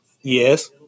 Yes